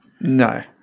No